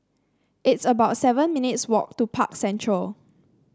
it's about seven minutes' walk to Park Central